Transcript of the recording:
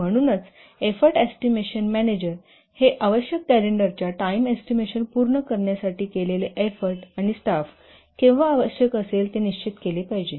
म्हणूनच effort estimation manager हे आवश्यक कॅलेंडरच्या टाईम एस्टिमेशन पूर्ण करण्यासाठी केलेले एफ्फोर्ट आणि स्टाफ केव्हा आवश्यक असेल ते निश्चित केले पाहिजे